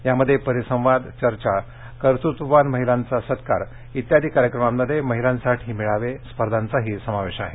यामध्ये परिसंवाद चर्चा कर्तृत्ववान महिलांचा सत्कार इत्यादी कार्यक्रमांमध्ये महिलांसाठी मेळावे स्पर्धांचाही समावेश आहे